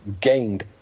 gained